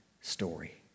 story